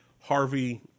Harvey